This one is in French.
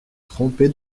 trompé